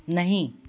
नहीं